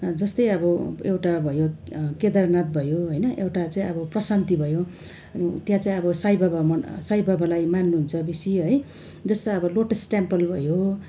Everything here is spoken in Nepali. जस्तै अब एउटा भयो केदारनाथ भयो होइन एउटा चाहिँ अब प्रशान्ति भयो त्यहाँ चाहिँ अब साई बाबा मन साई बाबालाई मान्नुहुन्छ बेसी है जस्तो अब लोटस टेम्पल भयो